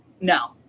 No